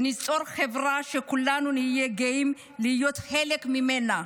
וניצור חברה שכולנו נהיה גאים להיות חלק ממנה.